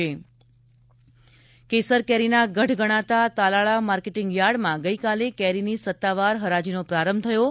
જૂનાગઢ કેસર કેરી કેસર કેરીના ગઢ ગણાતા તાલાળા માર્કેટિંગ યાર્ડમાં ગઈકાલે કેરીની સત્તાવાર હરાજીનો પ્રારંભ થયો છે